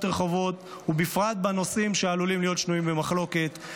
רחבות ובפרט בנושאים שעלולים להיות שנויים במחלוקת.